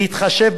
בהתחשב,